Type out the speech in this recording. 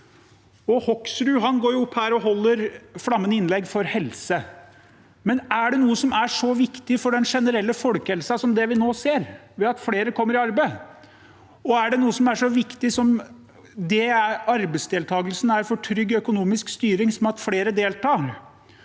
Hoksrud går opp her og holder flammende innlegg for helse, men er det noe som er så viktig for den generelle folkehelsa som det vi nå ser – at flere kommer i arbeid? Og er det noe som er så viktig som arbeidsdeltakelse for trygg økonomisk styring? Bae Nyholt var